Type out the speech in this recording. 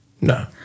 No